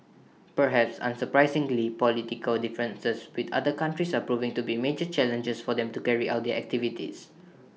perhaps unsurprisingly political differences with other countries are proving to be major challenges for them to carry out their activities